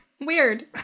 Weird